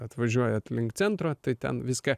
atvažiuojat link centro tai ten viską